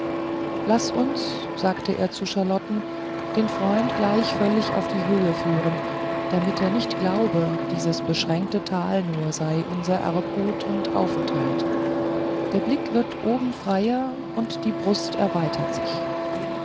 laß uns sagte er zu charlotten den freund gleich völlig auf die höhe führen damit er nicht glaube dieses beschränkte tal nur sei unser erbgut und aufenthalt der blick wird oben freier und die brust erweitert sich